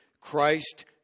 Christ